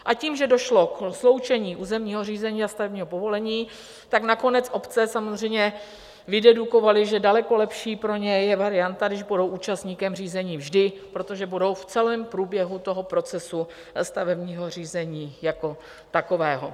A tím, že došlo ke sloučení územního řízení a stavebního povolení, tak nakonec obce samozřejmě vydedukovaly, že daleko lepší pro ně je varianta, když budou účastníkem řízení vždy, protože budou v celém průběhu toho procesu stavebního řízení jako takového.